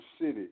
city